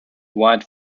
white